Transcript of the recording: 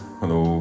hello